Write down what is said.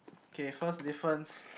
K first difference